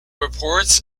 reports